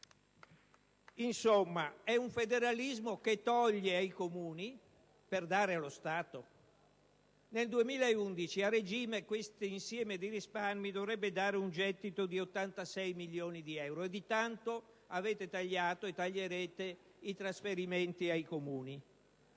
Insomma, è un federalismo che toglie ai Comuni per dare allo Stato. Nel 2011, a regime, questo insieme di risparmi dovrebbe dare un gettito di 86 milioni di euro, e di tanto avete tagliato e taglierete i trasferimenti ai Comuni.